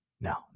No